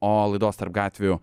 o laidos tarp gatvių